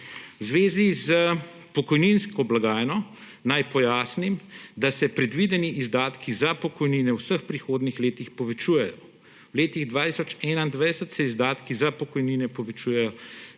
V zvezi s pokojninsko blagajno naj pojasnim, da se predvideni izdatki za pokojnine v vseh prihodnjih letih povečujejo. V letih 2021 se izdatki za pokojnine povečujejo